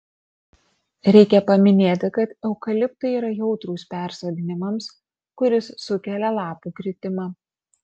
reikia paminėti kad eukaliptai yra jautrūs persodinimams kuris sukelia lapų kritimą